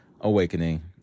Awakening